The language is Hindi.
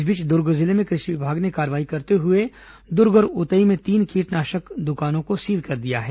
इस बीच द्र्ग जिले में कृषि विभाग ने कार्रवाई करते हुए दुर्ग और उतई में तीन कीटनाशक दुकानों को सील कर दिया है